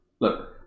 Look